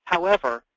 however,